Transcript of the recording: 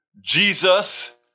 jesus